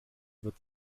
wird